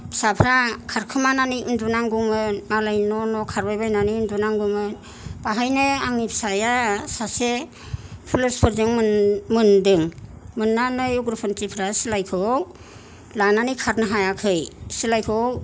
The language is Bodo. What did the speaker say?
फिसाफ्रा खारखुमानानै उन्दुनांगौमोन मालाय न' न' खारबायबायनानै उन्दुनांगौमोन बाहायनो आंनि फिसाया सासे फुलिस फोरजों मोन मोनदों मोननै उग्रपन्थि फोरा सिलायखौ लानानै खारनो हायाखै सिलायखौ